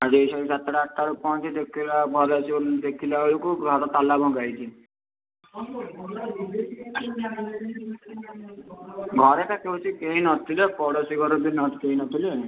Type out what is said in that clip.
ଆଜି ସେଇ ସାତଟା ଆଠଟା ବେଳକୁ ପହଁଞ୍ଚି ଦେଖିଲା ଘରେ ଆସି ଦେଖିଲା ବେଳକୁ ଘର ତାଲା ଭଙ୍ଗା ହେଇଛି ଘରେ ବା କହୁଛି କେହି ନ ଥିଲେ ପଡ଼ୋଶୀ ଘର ବି କେହି ନ ଥିଲେ